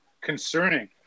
concerning